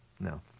No